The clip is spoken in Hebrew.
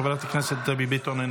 חברת הכנסת דבי ביטון,